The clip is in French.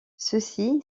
ceci